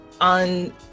on